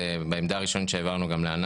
יש שם מפעל שלם של אינדור שם מגדלים.